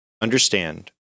understand